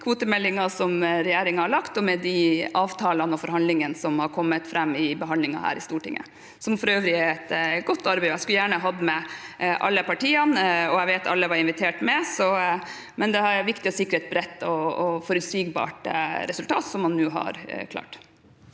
den kvotemeldingen regjeringen har laget, med de avtalene og forhandlingene som har kommet fram i behandlingen her i Stortinget. Det er for øvrig et godt arbeid. Jeg skulle gjerne hatt med alle partiene, og jeg vet at alle var invitert med. Det er viktig å sikre et bredt og forutsigbart resultat, som man nå har klart.